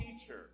teacher